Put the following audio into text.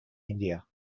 india